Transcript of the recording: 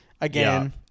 again